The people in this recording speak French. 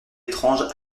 étrange